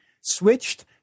switched